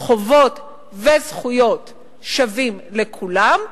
חובות וזכויות שוות לכולם.